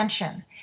attention